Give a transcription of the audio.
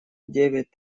девять